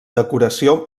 decoració